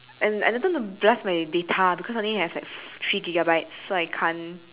and and I don't want to blast my data because I only have like three gigabytes so I can't